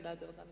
גלעד ארדן,